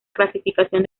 clasificación